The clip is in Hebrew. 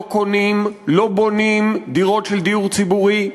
קונים ולא בונים דירות של דיור ציבורי.